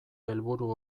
helburu